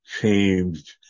changed